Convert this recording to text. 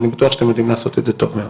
אני בטוח שאתם יודעים לעשות את זה טוב מאוד.